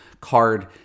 card